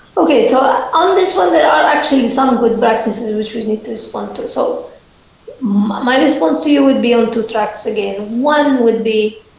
okay. so ah on this one there are actually some good practices which we need to respond to. so my my response to you would be on two tracks again. one would be